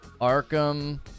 Arkham